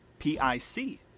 P-I-C